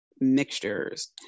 mixtures